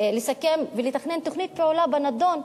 לסכם ולתכנן תוכנית פעולה בנדון.